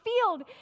field